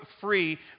free